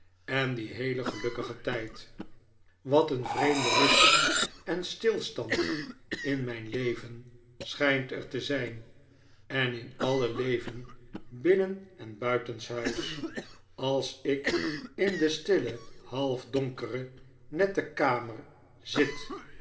en dien heelen gelukkigen tijd wat een vreemde rust en stilstand in mijn leven schijnt er te zijn en in alle leven binnen en buitenshuis als ik in de stille half donkere nette kamer zit